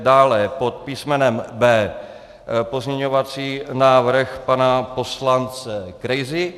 Dále pod písmenem B pozměňovací návrh pana poslance Krejzy.